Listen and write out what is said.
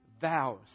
vows